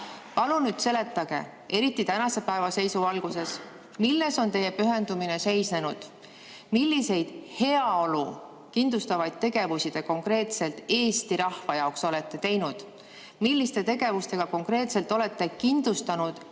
nüüd seletage, eriti tänase päeva seisu valguses, milles on teie pühendumine seisnenud. Milliseid heaolu kindlustavaid tegevusi te konkreetselt Eesti rahva jaoks olete teinud? Milliste tegevustega konkreetselt olete kindlustanud